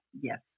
Yes